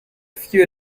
few